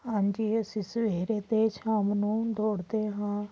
ਹਾਂਜੀ ਅਸੀਂ ਸਵੇਰੇ ਅਤੇ ਸ਼ਾਮ ਨੂੰ ਦੌੜਦੇ ਹਾਂ